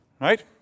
Right